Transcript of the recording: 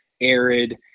arid